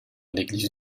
l’église